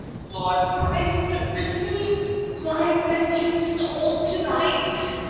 lord christ receive my wretched soul to-night!